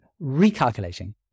recalculating